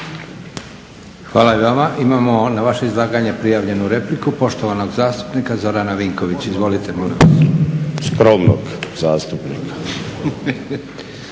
Hvala i vama. Imamo na vaše izlaganje prijavljenu repliku, poštovanog zastupnika Zorana Vinkovića. Izvolite molim vas. **Vinković,